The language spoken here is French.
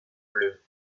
bleu